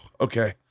okay